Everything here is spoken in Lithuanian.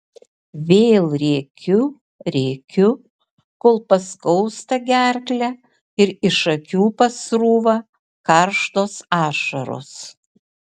vėl rėkiu rėkiu kol paskausta gerklę ir iš akių pasrūva karštos ašaros